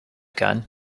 gun